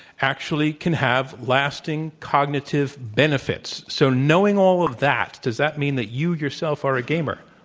actually can have lasting cognitive benefits. so, knowing all of that, does that mean that you, yourself, are a gamer?